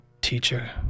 teacher